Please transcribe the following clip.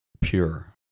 pure